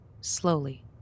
slowly